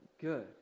good